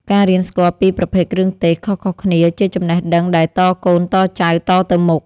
ការរៀនស្គាល់ពីប្រភេទគ្រឿងទេសខុសៗគ្នាជាចំណេះដឹងដែលតកូនតចៅតទៅមុខ។